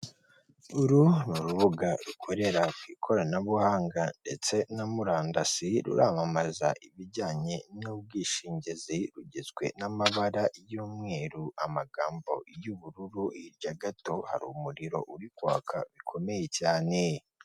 Uru ni rubuga rukorera ku ikoranabuhanga ndetse na murandasi, ruramamaza ibijyanye n'ubwishingizi rugizwe n'amabara y'umweru amagambo y'ubururu, hirya gato hari umuriro uri kwaka bikomeye cyane.